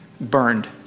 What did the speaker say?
burned